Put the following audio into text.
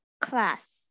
class